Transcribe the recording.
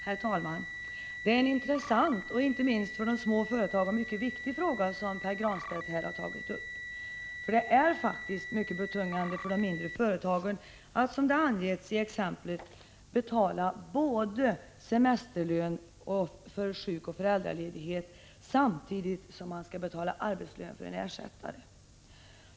Herr talman! Det är en intressant, och inte minst för de små företagen, mycket viktig fråga som Pär Granstedt här har tagit upp. Det är faktiskt mycket betungande för de mindre företagen att, som det angetts i exemplet, betala både semesterlön för sjukoch föräldraledighet och samtidigt arbetslön för en ersättare.